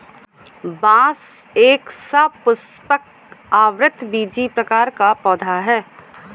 बांस एक सपुष्पक, आवृतबीजी प्रकार का पौधा है